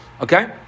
okay